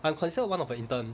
I'm considered one of a intern